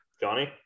Johnny